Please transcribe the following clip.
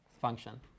function